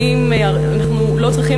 האם אנחנו לא צריכים,